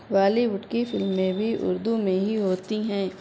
والی وڈ کی فلمیں بھی اردو میں ہی ہوتی ہیں